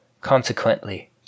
Consequently